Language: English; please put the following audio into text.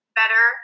better